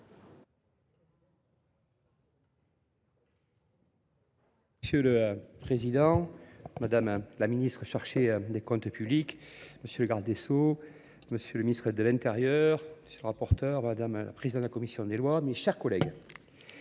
Monsieur le Président, Madame la Ministre chargée des Comptes publics, monsieur le garde des Sceaux, monsieur le ministre de l'Intérieur, monsieur le rapporteur, Madame la présidente de la Commission des lois, mes chers collègues.